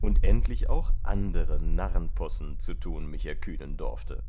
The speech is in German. und endlich auch andere narrenpossen zu tun mich erkühnen dorfte